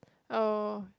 oh